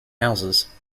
houses